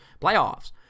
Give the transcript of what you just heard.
Playoffs